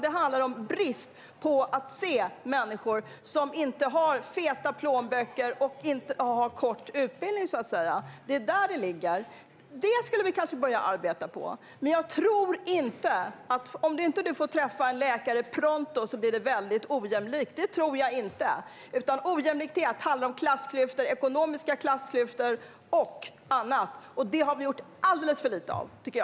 Det handlar om brist på att se människor som inte har feta plånböcker och som har kort utbildning. Det är detta det handlar om. Det kanske vi skulle kunna börja arbeta med. Men jag tror inte att det är så att om man inte får träffa en läkare pronto blir det väldigt ojämlikt. Ojämlikhet handlar om klassklyftor, ekonomiska klyftor och annat. Det har vi arbetat alldeles för lite med.